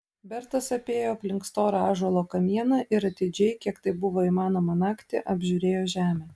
bertas apėjo aplink storą ąžuolo kamieną ir atidžiai kiek tai buvo įmanoma naktį apžiūrėjo žemę